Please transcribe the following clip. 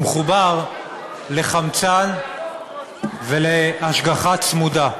הוא מחובר לחמצן ולהשגחה צמודה.